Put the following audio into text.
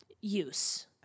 Use